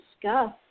discuss